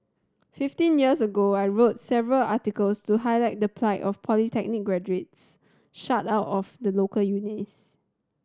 fifteen years ago I wrote several articles to highlight the plight of polytechnic graduates shut out of the local universities